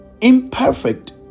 imperfect